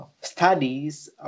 studies